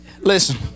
Listen